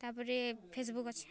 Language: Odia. ତାପରେ ଫେସବୁକ୍ ଅଛେ